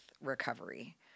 recovery